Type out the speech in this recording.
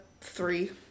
three